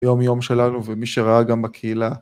יומיום שלנו ומי שראה גם בקהילה.